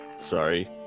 Sorry